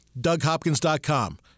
DougHopkins.com